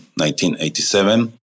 1987